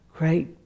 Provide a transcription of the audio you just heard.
Great